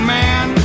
man